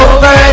Over